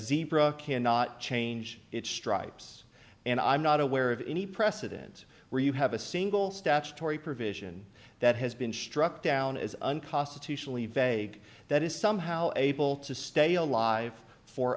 cannot change its stripes and i'm not aware of any precedent where you have a single statutory provision that has been struck down is unconstitutionally vague that is somehow able to stay alive for